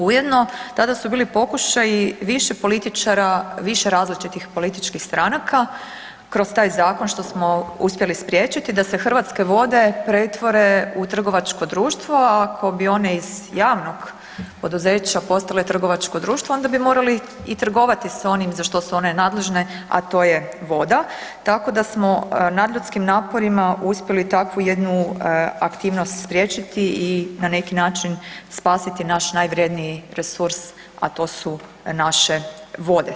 Ujedno, tada su bili pokušaji više političara, više različitih političkih stranaka, kroz taj zakon, što smo uspjeli spriječiti da se Hrvatske vode pretvore u trgovačko društvo, a ako bi one iz javnog poduzeća postale trgovačko društvo, onda bi morali i trgovati s onim za što su one nadležne, a to je voda, tako da smo nadljudskim naporima uspjeli takvu jednu aktivnost spriječiti i na neki način spasiti naš najvrjedniji resurs, a to su naše vode.